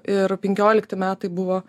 ir penkiolikti metai buvo